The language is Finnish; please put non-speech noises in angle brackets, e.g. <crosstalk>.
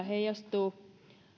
<unintelligible> heijastuu